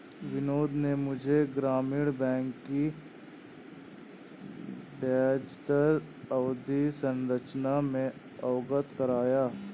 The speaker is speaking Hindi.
बिनोद ने मुझे ग्रामीण बैंक की ब्याजदर अवधि संरचना से अवगत कराया